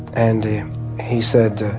and he said,